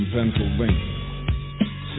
Pennsylvania